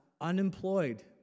unemployed